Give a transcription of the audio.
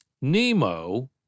Nemo